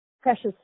precious